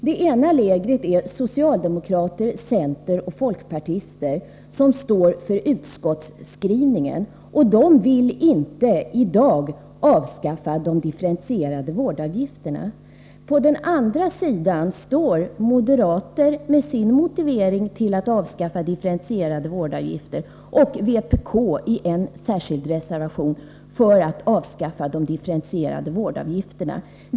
Det ena lägret består av socialdemokrater, centerpartister och folkpartister, som står för utskottets skrivning, och de vill inte i dag avskaffa de differentierade vårdavgifterna. Det andra lägret består av moderater med sin motivering till att avskaffa differentierade vårdavgifter och vpk, som i en särskild reservation yrkar på avskaffande av de differentierade vårdavgifterna.